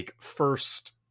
first